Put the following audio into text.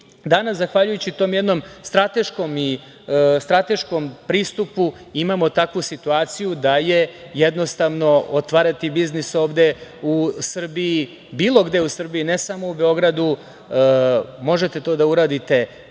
Danas zahvaljujući tom jednom strateškom pristupu imamo takvu situaciju da je jednostavno otvarati biznis ovde u Srbiji bilo gde, ne samo u Beogradu, može da se uradi